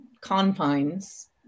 confines